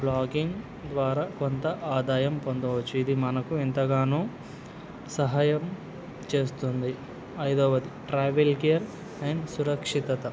blogging ద్వారా కొంత ఆదాయం పొందవచ్చు ఇది మనకు ఎంతగానో సహాయం చేస్తుంది ఐదోవది ట్రావెల్ గేర్ అండ్ సురక్షితత